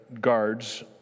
guards